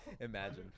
Imagine